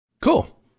Cool